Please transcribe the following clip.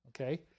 Okay